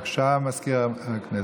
בבקשה, מזכיר הכנסת.